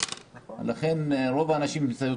החל מהבחירות ב-2016 בארצות